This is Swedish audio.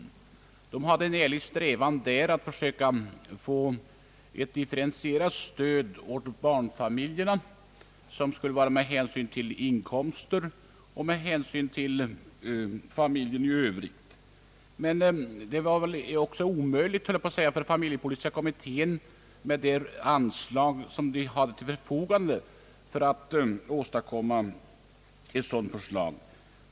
Kommittén hade en ärlig strävan att försöka få ett differentierat stöd åt barnfamiljerna — differentierat med hänsyn till inkomst och med hänsyn till familjeförhållanden i Övrigt. Det var dock omöjligt, skulle jag vilja säga, för familjepolitiska kommittén med de anslag som den hade till förfogande att åstadkomma ett sådant förslag.